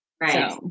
right